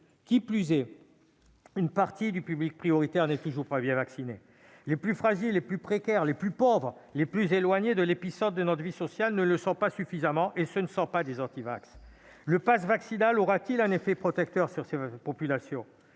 Qui plus est, une partie du public prioritaire n'est toujours pas bien vacciné. Les plus fragiles, les plus précaires, les plus pauvres, les plus éloignés de l'épicentre de notre vie sociale ne le sont pas suffisamment et ce ne sont pas des antivax. Le passe vaccinal aura-t-il un effet protecteur sur ces populations ?